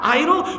idle